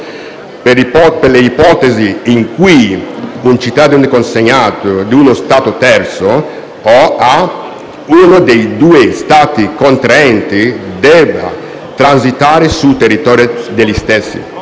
per le ipotesi in cui un cittadino consegnato da uno Stato terzo a uno dei due Stati contraenti debba transitare sul territorio degli stessi.